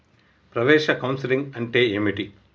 ప్రవేశ కౌన్సెలింగ్ అంటే ఏమిటి?